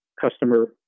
customer